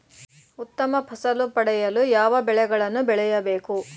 ಉತ್ತಮ ಫಸಲು ಪಡೆಯಲು ಯಾವ ಬೆಳೆಗಳನ್ನು ಬೆಳೆಯಬೇಕು?